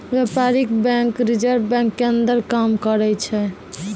व्यपारीक bank reserve bank के अंदर काम करै छै